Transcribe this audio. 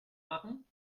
machen